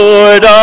Lord